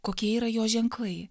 kokie yra jos ženklai